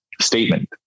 statement